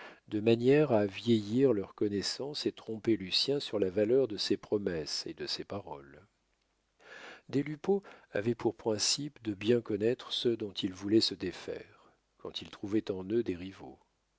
de manière à vieillir leur connaissance et tromper lucien sur la valeur de ses promesses et de ses paroles des lupeaulx avait pour principe de bien connaître ceux dont il voulait se défaire quand il trouvait en eux des rivaux